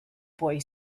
boy